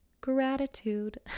Gratitude